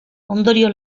ondorio